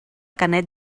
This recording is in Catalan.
canet